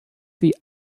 sie